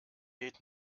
geht